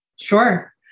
Sure